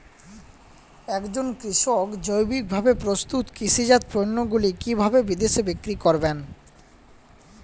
একজন কৃষক জৈবিকভাবে প্রস্তুত কৃষিজাত পণ্যগুলি কিভাবে বিদেশে বিক্রি করবেন?